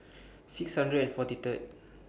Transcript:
six hundred and forty Third